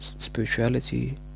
spirituality